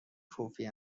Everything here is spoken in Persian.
کوفی